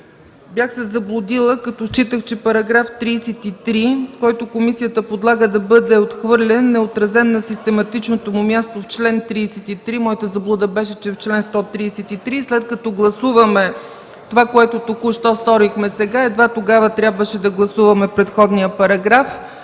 бях се заблудила, като считах, че § 33, който комисията предлага да бъде отхвърлен, е отразен на систематичното му място в чл. 33, моята заблуда беше, че е в чл. 133. След като гласуваме това, което току-що сторихме сега, едва тогава трябваше да гласуваме предходния параграф.